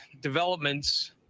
developments